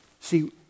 See